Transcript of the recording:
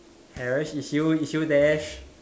hash is you is you there